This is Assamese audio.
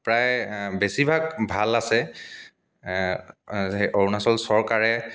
প্ৰায় বেছিভাগ ভাল আছে অৰুণাচল চৰকাৰে